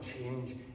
change